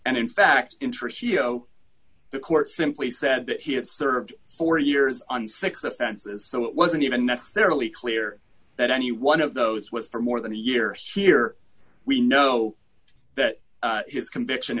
and in fact interest you know the court simply said that he had served four years on six offenses so it wasn't even necessarily clear that any one of those was for more than a year here we know that his conviction